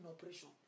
operation